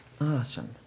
Awesome